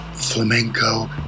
flamenco